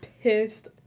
pissed